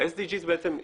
ה- SDGsבעצם,